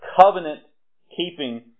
covenant-keeping